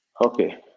okay